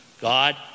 God